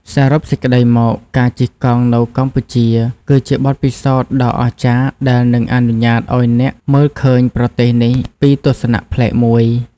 សរុបសេចក្ដីមក ការជិះកង់នៅកម្ពុជា គឺជាបទពិសោធន៍ដ៏អស្ចារ្យដែលនឹងអនុញ្ញាតឱ្យអ្នកមើលឃើញប្រទេសនេះពីទស្សនៈប្លែកមួយ។